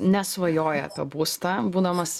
nesvajoja apie būstą būdamas